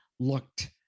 looked